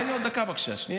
תן לי עוד דקה, בבקשה, שנייה.